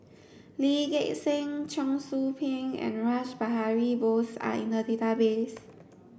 Lee Gek Seng Cheong Soo Pieng and Rash Behari Bose are in the database